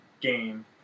game